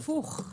הפוך,